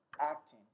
acting